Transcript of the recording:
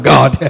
God